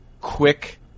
quick